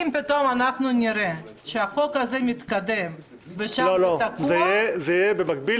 אם פתאום נראה שהחוק הזה מתקדם ושם זה תקוע --- זה יהיה במקביל,